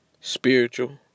spiritual